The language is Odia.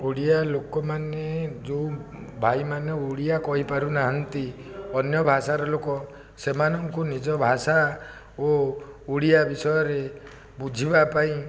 ଓଡ଼ିଆ ଲୋକମାନେ ଯେଉଁ ଭାଇମାନେ ଓଡ଼ିଆ କହିପାରୁନାହାଁନ୍ତି ଅନ୍ୟ ଭାଷାର ଲୋକ ସେମାନଙ୍କୁ ନିଜ ଭାଷା ଓ ଓଡ଼ିଆ ବିଷୟରେ ବୁଝିବା ପାଇଁ